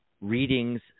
Readings